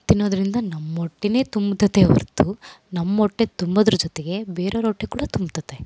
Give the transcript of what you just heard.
ತಿನ್ನೋದರಿಂದ ನಮ್ಮ ಹೊಟ್ಟೆ ತುಂಬ್ತತೆ ಹೊರ್ತು ನಮ್ಮ ಹೊಟ್ಟೆ ತುಂಬೋದ್ರ ಜೊತೆಗೆ ಬೇರೋರು ಹೊಟ್ಟೆ ಕೂಡ ತುಂಬ್ತತೆ